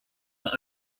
for